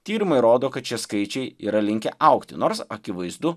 tyrimai rodo kad šie skaičiai yra linkę augti nors akivaizdu